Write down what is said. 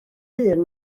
hun